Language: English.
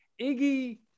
Iggy